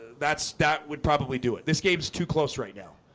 that's that would probably do it this game is too close right now.